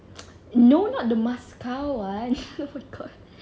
no lah the moscow one oh god